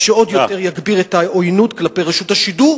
מה שיגביר עוד יותר את העוינות כלפי רשות השידור,